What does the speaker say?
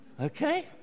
Okay